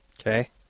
Okay